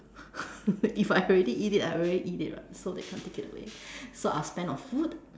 if I already eat it I already eat it [what] so they can't take it away so I'll spend on food